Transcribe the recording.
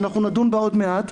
שנדון בה עוד מעט,